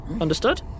Understood